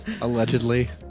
Allegedly